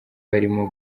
barimo